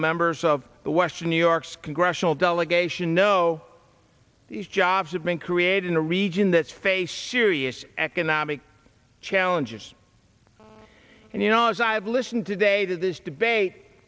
members of the western new york's congressional delegation know these jobs have been created in a region that face serious economic challenges and you know as i've listened today to this debate